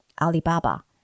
Alibaba